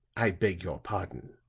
i beg your pardon,